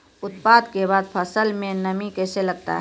उत्पादन के बाद फसल मे नमी कैसे लगता हैं?